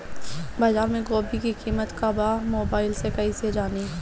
बाजार में गोभी के कीमत का बा मोबाइल से कइसे जानी?